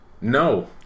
No